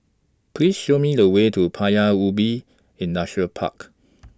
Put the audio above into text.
Please Show Me The Way to Paya Ubi Industrial Park